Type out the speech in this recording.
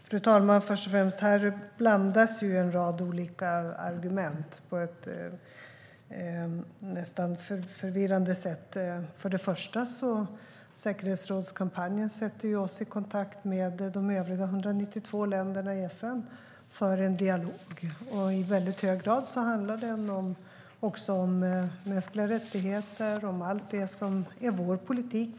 Fru talman! Först och främst vill jag säga att en rad olika argument blandas på ett nästan förvirrande sätt här. Säkerhetsrådskampanjen sätter oss i kontakt med de övriga 192 länderna i FN för en dialog. I mycket hög grad handlar dialogen om mänskliga rättigheter och om allt det som är vår politik.